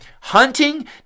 hunting